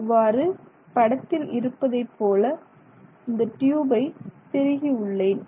இவ்வாறு படத்தில் இருப்பதைப் போல இந்த டியூபை திருகி உள்ளேன்